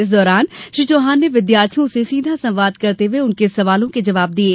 इस दौरान श्री चौहान ने विद्यार्थियों से सीधा संवाद करते हुये उनके सवालों के जबाव दिये